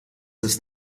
ist